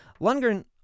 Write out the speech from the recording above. Lundgren